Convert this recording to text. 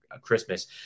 christmas